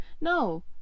No